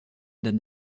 than